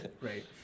right